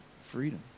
freedom